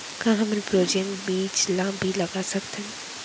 का हमन फ्रोजेन बीज ला भी लगा सकथन?